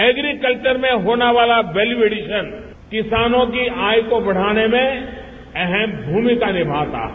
agree culture में होने वाला वेल्यवेडिशन किसानों की आय को बढ़ाने में अहम भूमिका निभाता है